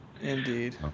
Indeed